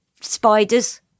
Spiders